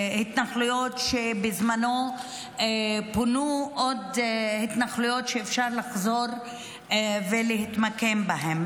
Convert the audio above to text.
להתנחלויות שבזמנו פונו עוד התנחלויות שאפשר לחזור ולהתמקם בהן.